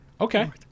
Okay